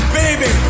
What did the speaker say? baby